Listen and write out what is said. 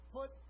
Put